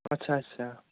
আচ্ছা আচ্ছা